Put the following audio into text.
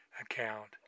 account